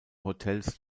hotels